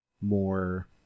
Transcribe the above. more